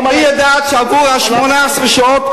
היא יודעת שעבור 18 השעות,